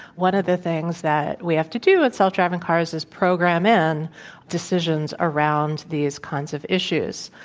one of the things that we have to do with self-driving cars is program in decisions around these kinds of issues.